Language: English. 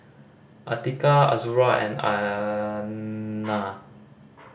Atiqah Azura and Aina